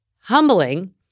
humbling